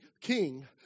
king